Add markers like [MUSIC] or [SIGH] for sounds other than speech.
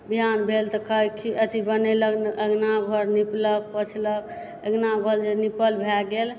विहान भेल तऽ [UNINTELLIGIBLE] अथि बनेलक अङ्गना घर निपलक पोछलक अङ्गना घर जे निपल भए गेल